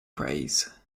praise